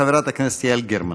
חברת הכנסת יעל גרמן.